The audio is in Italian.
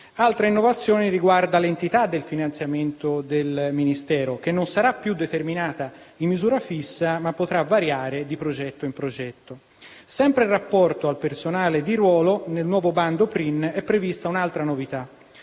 Altra innovazione riguarda l'entità del finanziamento del Ministero, che non sarà più determinata in misura fissa, ma potrà variare di progetto in progetto. Sempre in rapporto al personale di ruolo, nel nuovo bando PRIN è prevista un'altra novità,